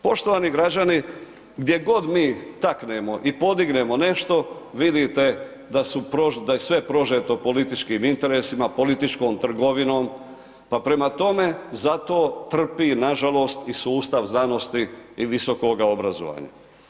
Poštovani građani, gdje god mi taknemo i podignemo nešto vidite da su, da je sve prožeto političkim interesima, politikom trgovinom, pa prema tome, zato trpi, nažalost i sustav znanosti i visokoga obrazovanja.